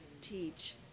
teach